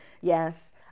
Yes